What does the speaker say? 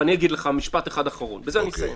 ואני אגיד לך משפט אחד אחרון, בזה אני אסיים.